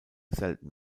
selten